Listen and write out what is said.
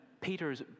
Peter's